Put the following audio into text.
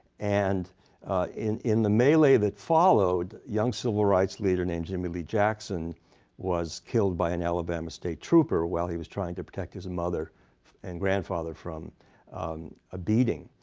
and in in the melee that followed, a young civil rights leader named jimmie lee jackson was killed by an alabama state trooper while he was trying to protect his and mother and grandfather from a beating.